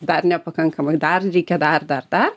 dar nepakankamai dar reikia dar dar dar